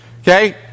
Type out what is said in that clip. Okay